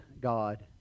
God